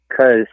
Cause